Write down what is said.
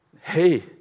hey